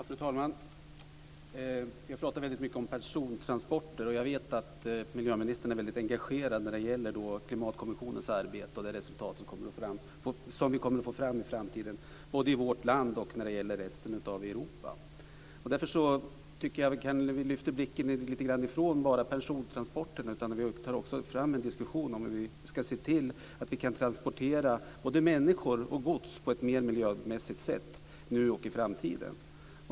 Fru talman! Vi har talat väldigt mycket om persontransporter, och jag vet att miljöministern är väldigt engagerad i klimatkommissionens arbete och det resultat som det kommer att få i framtiden både fört vårt land och i resten av Europa. Därför tycker jag att vi kan lyfta blicken lite grann från bara persontransporterna och också diskutera hur vi kan transportera både människor och gods på ett mer miljömässigt sätt nu och i framtiden.